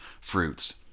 fruits